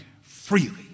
freely